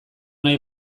nahi